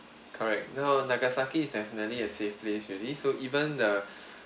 correct now nagasaki is definitely a safe place really so even the